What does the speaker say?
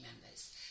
members